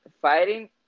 fighting